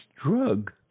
drug